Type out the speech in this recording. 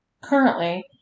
Currently